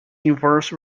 inverse